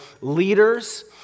leaders